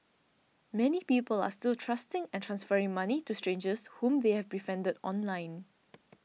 many people are still trusting and transferring money to strangers whom they have befriended online